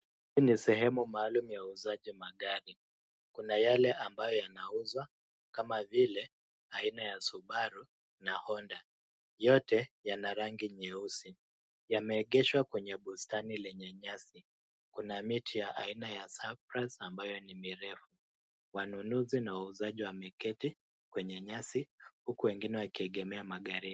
Hii ni sehemu maalum ya uuzaji magari. Kuna yale ambayo yanauzwa, kama vile, aina ya Subaru, na Honda. Yote, yana rangi nyeusi. Yameegeshwa kwenye bustani lenye nyasi. Kuna miti ya aina ya cyprus ambayo ni mirefu. Wanunuzi na wauzaji wameketi kwenye nyasi, huku wengine wakiegemea magharibi.